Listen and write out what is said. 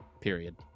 period